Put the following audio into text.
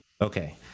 Okay